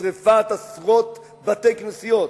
שרפת עשרות בתי-כנסיות,